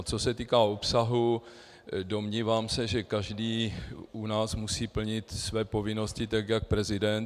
Co se týká obsahu, domnívám se, že každý u nás musí plnit své povinnosti tak jak prezident.